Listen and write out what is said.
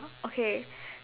okay